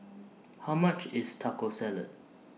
How much IS Taco Salad